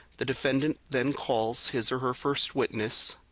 the defendant then calls his or her first witness.